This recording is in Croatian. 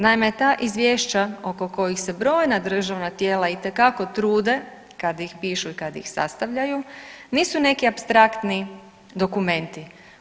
Naime, ta izvješća oko kojih se brojna državna tijela itekako trude kad ih pišu i kad ih sastavljaju nisu neki apstraktni dokumenti.